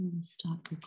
Stop